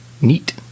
Neat